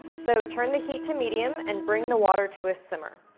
so turn the heat to medium, and bring the water to a simmer.